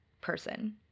person